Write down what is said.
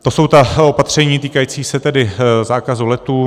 To jsou ta opatření týkající se tedy zákazu letů.